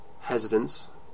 hesitance